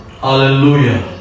Hallelujah